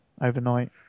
overnight